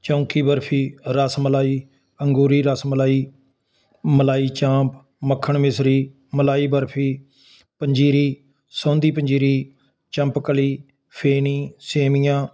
ਚੌਂਕੀ ਬਰਫ਼ੀ ਰਸਮਲਾਈ ਅੰਗੂਰੀ ਰਸ ਮਲਾਈ ਮਲਾਈ ਚਾਂਪ ਮੱਖਣ ਮਿਸਰੀ ਮਲਾਈ ਬਰਫ਼ੀ ਪੰਜੀਰੀ ਸੋਂਦੀ ਪੰਜੀਰੀ ਚੰਮਪਕਲੀ ਫੇਨੀ ਸੇਵੀਆਂ